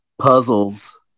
puzzles